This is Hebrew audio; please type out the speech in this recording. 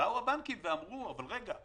באו הבנקים ואמרו: רגע.